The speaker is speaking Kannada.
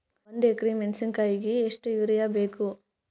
ಒಂದ್ ಎಕರಿ ಮೆಣಸಿಕಾಯಿಗಿ ಎಷ್ಟ ಯೂರಿಯಬೇಕು?